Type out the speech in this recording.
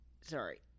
Sorry